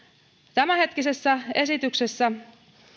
tämänhetkisessä esityksessä